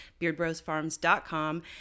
beardbrosfarms.com